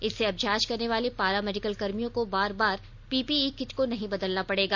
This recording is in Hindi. इससे अब जांच करने वाले पारा मेडिकल कर्मियों को बार बार पीपीई किट को नहीं बदलना पड़ेगा